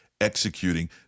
executing